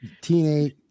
Teenage